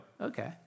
okay